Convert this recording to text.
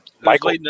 Michael